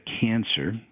cancer